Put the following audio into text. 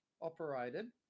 operated